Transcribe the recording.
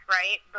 right